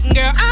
Girl